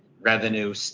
revenue